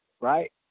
right